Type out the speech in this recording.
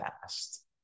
fast